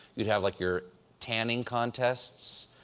you'd have, like, your tanning contests.